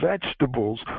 vegetables